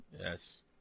Yes